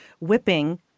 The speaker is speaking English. whipping